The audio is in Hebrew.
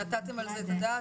נתתם על זה את הדעת?